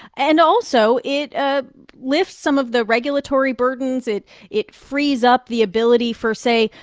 and also, it ah lifts some of the regulatory burdens. it it frees up the ability for, say,